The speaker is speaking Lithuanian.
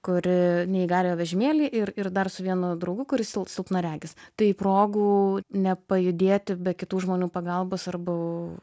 kuri neįgaliojo vežimėly ir ir dar su vienu draugu kuris silpnaregis tai progų nepajudėti be kitų žmonių pagalbos arba